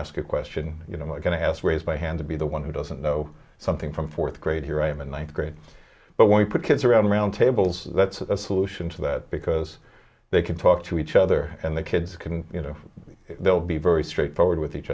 ask a question you know i'm going to ask raise my hand to be the one who doesn't know something from fourth grade here i'm a night grade but we put kids around around tables that's a solution to that because they can talk to each other and the kids can you know they'll be very straightforward with each